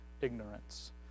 ignorance